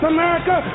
America